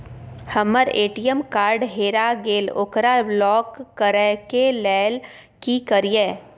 हमर ATM card हेरा गेल ओकरा लॉक करै के लेल की करियै?